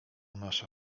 nasza